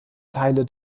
teile